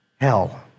hell